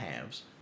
halves